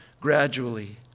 gradually